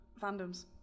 Fandoms